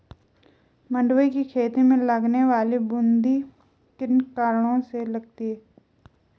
मंडुवे की खेती में लगने वाली बूंदी किन कारणों से लगती है?